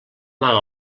mal